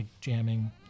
jamming